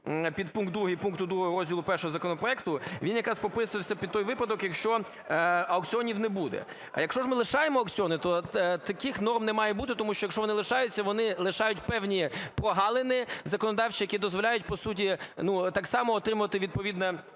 2 пункту 2 розділу І законопроекту, він якраз прописувався під той випадок, якщо аукціонів не буде. А якщо ж ми лишаємо аукціони, то таких норм не має бути, тому що якщо вони лишаються, вони лишають певні прогалини законодавчі, які дозволяють по суті ну так само отримувати відповідне